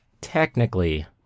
technically